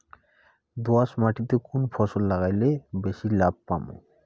দোয়াস মাটিতে কুন ফসল লাগাইলে বেশি লাভ পামু?